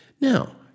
Now